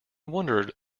wondered